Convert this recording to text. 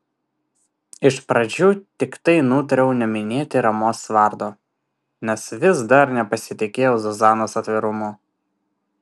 iš pradžių tiktai nutariau neminėti ramos vardo nes vis dar nepasitikėjau zuzanos atvirumu